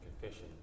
confession